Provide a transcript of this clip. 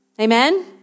Amen